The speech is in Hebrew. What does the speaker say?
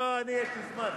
לא, אני יש לי זמן.